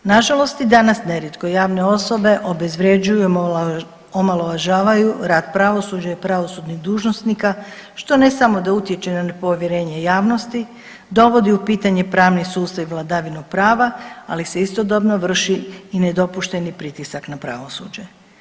Nažalost i danas nerijetko javne osobe obezvrjeđuju i omalovažavaju rad pravosuđa i pravosudnih dužnosnika što ne samo da utječe na nepovjerenje javnosti, dovodi u pitanje pravni sustav i vladavinu prava, ali se istodobno vrši i nedopušteni pritisak na pravosuđe.